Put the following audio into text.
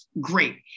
great